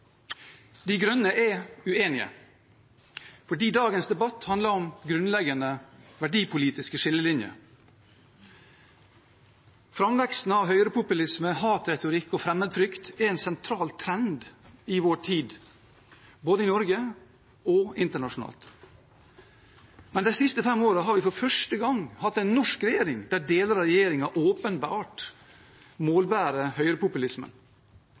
De grønne er uenige, for dagens debatt handler om grunnleggende verdipolitiske skillelinjer. Framveksten av høyrepopulisme, hatretorikk og fremmedfrykt er en sentral trend i vår tid, både i Norge og internasjonalt. Men de siste fem årene har vi for første gang hatt en norsk regjering der deler av regjeringen åpenbart målbærer